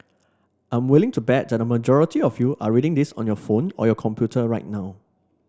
I'm willing to bet that a majority of you are reading this on your phone or your computer right now